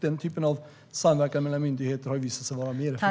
Den typen av samverkan mellan myndigheter har visat sig vara mer effektiv.